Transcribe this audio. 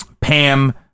Pam